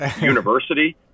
university